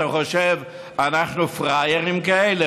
אתה חושב שאנחנו פראיירים כאלה?